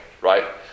right